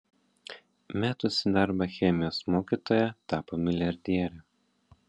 metusi darbą chemijos mokytoja tapo milijardiere